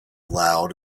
loud